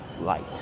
light